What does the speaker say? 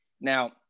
Now